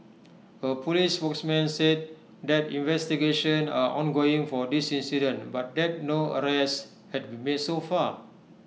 A Police spokesman said that investigations are ongoing for this incident but that no arrests had been made so far